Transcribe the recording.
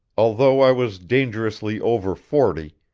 although i was dangerously over forty,